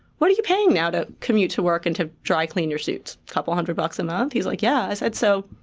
what are you paying now to commute to work and to dry clean your suits? a couple of hundred bucks a month? he was like, yeah. i said, so